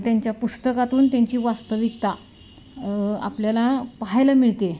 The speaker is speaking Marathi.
त्यांच्या पुस्तकातून त्यांची वास्तविकता आपल्याला पाहायला मिळते